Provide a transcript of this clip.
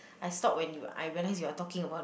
I stop when you I realise you are talking about it